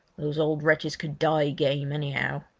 these old wretches could die game, anyhow.